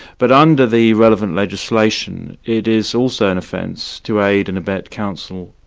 but under the relevant legislation, it is also an offence to aid and abet counsel,